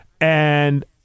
and-